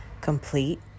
complete